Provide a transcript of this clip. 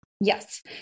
Yes